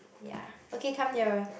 ya okay come nearer